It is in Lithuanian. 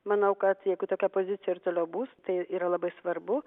manau kad jeigu tokia pozicija ir toliau bus tai yra labai svarbu